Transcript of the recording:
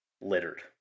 littered